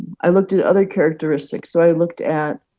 i looked at other characteristics, so i looked at